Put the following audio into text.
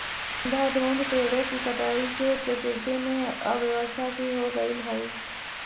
अंधाधुंध पेड़ों की कटाई से प्रकृति में अव्यवस्था सी हो गईल हई